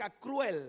cruel